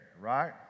right